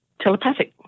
telepathic